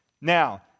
Now